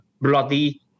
bloody